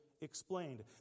explained